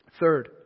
Third